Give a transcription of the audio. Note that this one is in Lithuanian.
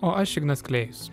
o aš ignas klėjus